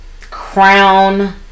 crown